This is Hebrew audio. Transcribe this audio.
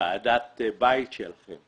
ועדת הבית שלכם.